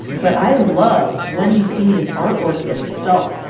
but i love wendy pini's artwork itself!